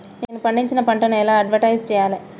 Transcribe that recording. నేను పండించిన పంటను ఎలా అడ్వటైస్ చెయ్యాలే?